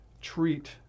treat